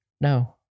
No